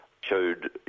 showed